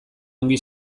ongi